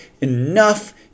Enough